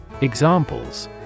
Examples